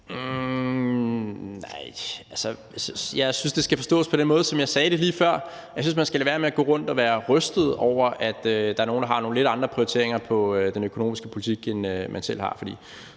(KF): Njah, jeg synes, det skal forstås på den måde, som jeg sagde lige før. Jeg synes, man skal lade være med at gå rundt og være rystet over, at der er nogle, der har nogle lidt andre prioriteringer i den økonomiske politik, end man selv har, for